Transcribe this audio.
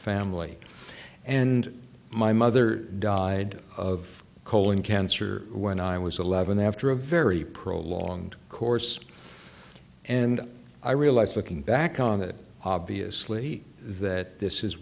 family and my mother died of colon cancer when i was eleven after a very prolonged course and i realized looking back on it obviously that this is